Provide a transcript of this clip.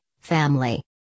Family